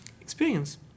experience